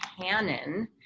canon